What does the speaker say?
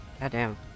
Goddamn